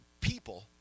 people